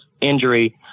injury